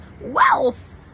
wealth